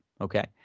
Okay